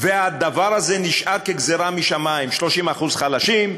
והדבר הזה נשאר כגזירה משמים: 30% חלשים,